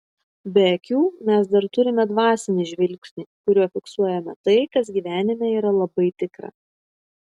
be akių mes dar turime dvasinį žvilgsnį kuriuo fiksuojame tai kas gyvenime yra labai tikra